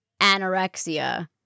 anorexia